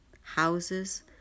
houses